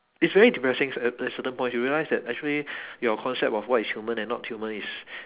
it's very depressing certain at certain point you realise that actually your concept of what is human and not human is